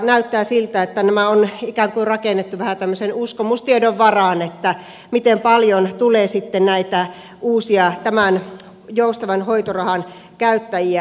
näyttää siltä että nämä on ikään kuin rakennettu vähän tämmöisen uskomustiedon varaan että miten paljon tulee sitten näitä uusia tämän joustavan hoitorahan käyttäjiä